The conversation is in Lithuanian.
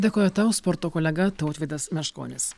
dėkoju tau sporto kolega tautvydas meškonis